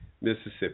Mississippi